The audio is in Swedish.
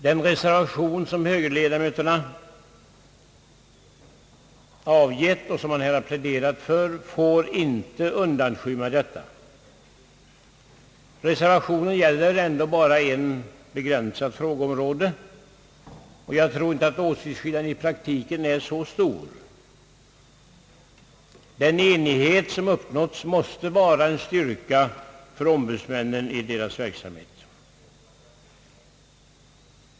Den reservation som högerledamöterna avgett och som man här har pläderat för får inte undanskymma detta. Reservationen gäller ändå bara ett begränsat område, och jag tror inte att åsiktsskillnaden i praktiken är så stor. Den enighet som uppnåtts måste vara en styrka för ombudsmännen i deras verksamhet.